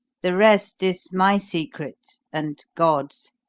the rest is my secret and god's!